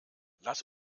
lass